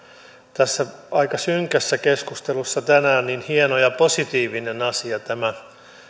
tässä aika synkässä keskustelussa tänään hieno ja positiivinen asia tämä